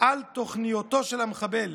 על תוכניתו של המחבל,